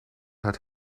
hat